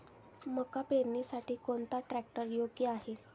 मका पेरणीसाठी कोणता ट्रॅक्टर योग्य आहे?